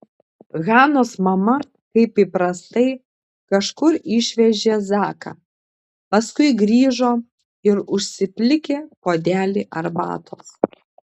hanos mama kaip įprastai kažkur išvežė zaką paskui grįžo ir užsiplikė puodelį arbatos